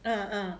ah ah